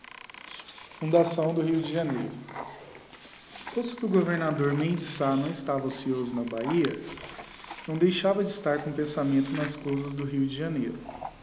fundação do rio de janeiro posto que o governador mem de sá não estava ocioso na bahia não deixava de estar com o pensamento nas cousas do rio de janeiro